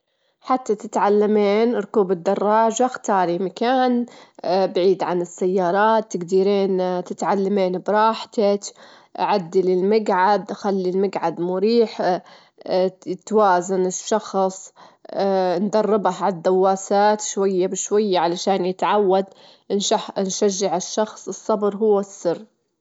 أحلى وأفضل كتاب جريته، كان كتاب عن التنمية الذاتية، كان يعطيني أفكار يديدة، كيف اطور من نفسي وكيف، صراحةً دا الكتاب أنصح أي شخص حابب يطور من نفسه أنه يجراه.